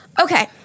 Okay